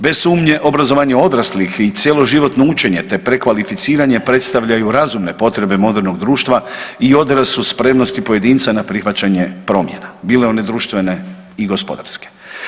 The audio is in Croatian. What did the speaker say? Bez sumnje obrazovanje odraslih i cjeloživotno učenje, te prekvalificiranje predstavljaju razumne potrebne modernog društva i … [[Govornik se ne razumije]] spremnosti pojedinca na prihvaćanje promjena bile one društvene i gospodarske.